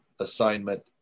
Assignment